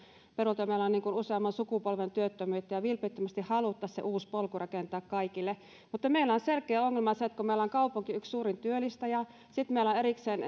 peruilta meillä on useamman sukupolven työttömyyttä vilpittömästi haluttaisiin se uusi polku rakentaa kaikille mutta meillä on selkeä ongelma se että kun meillä on kaupunki yksi suuri työllistäjä ja sitten meillä on erikseen